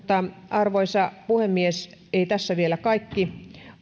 arvoisa puhemies ei tässä vielä kaikki